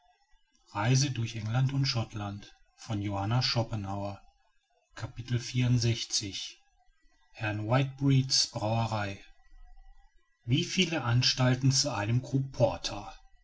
whitbreads brauerei wieviel anstalten zu einem kruge porter